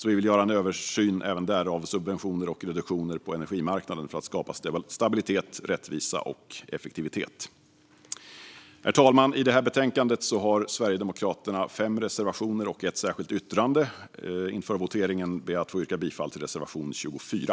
Vi vill därför att en översyn görs av subventioner och reduktioner på energimarknaden för att skapa stabilitet, rättvisa och effektivitet. Herr talman! I betänkandet har Sverigedemokraterna fem reservationer och ett särskilt yttrande. Inför voteringen ber jag att få yrka bifall till reservation 24.